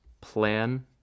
plan